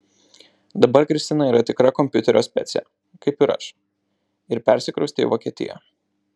dabar kristina yra tikra kompiuterio specė kaip ir aš ir persikraustė į vokietiją